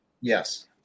Yes